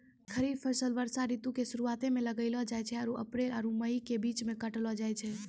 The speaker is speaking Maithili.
खरीफ फसल वर्षा ऋतु के शुरुआते मे लगैलो जाय छै आरु अप्रैल आरु मई के बीच मे काटलो जाय छै